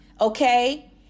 okay